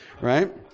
right